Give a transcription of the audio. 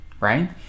right